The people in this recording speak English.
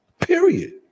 period